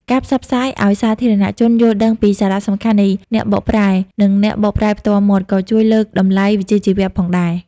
ការផ្សព្វផ្សាយឲ្យសាធារណជនយល់ដឹងពីសារៈសំខាន់នៃអ្នកបកប្រែ និងអ្នកបកប្រែផ្ទាល់មាត់ ក៏ជួយលើកតម្លៃវិជ្ជាជីវៈផងដែរ។